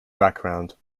background